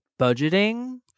budgeting